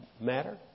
matter